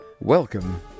Welcome